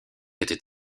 était